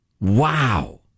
Wow